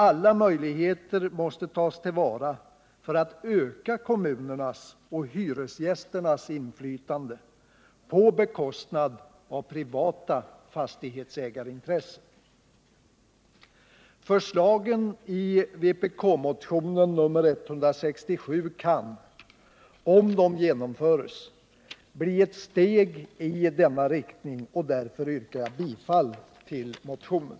Alla möjligheter måste tas till vara för att öka kommunernas och hyresgästernas inflytande, på bekostnad av privata fastighetsägarintressen. Förslagen i vpk-motionen 167 kan, om de genomförs, bli ett steg i denna riktning. Därför yrkar jag bifall till motionen.